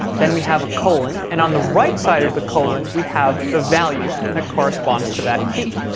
then we have a colon, and on the right side of the colon we have the value that corresponds to that key.